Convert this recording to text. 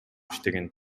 иштеген